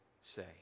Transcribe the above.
say